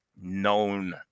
known